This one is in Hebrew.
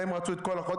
והם רצו את כל החודש,